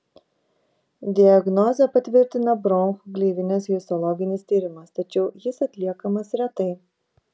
diagnozę patvirtina bronchų gleivinės histologinis tyrimas tačiau jis atliekamas retai